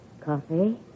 Coffee